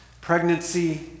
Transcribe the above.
pregnancy